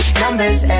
numbers